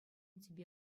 тӗпе